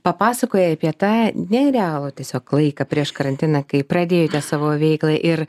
papasakojai apie tą nerealų tiesiog laiką prieš karantiną kai pradėjote savo veiklą ir